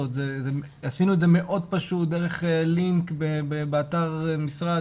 עשינו את זה מאוד פשוט דרך לינק באתר המשרד.